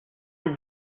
nous